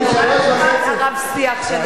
נגמר הרב-שיח שנוצר פה.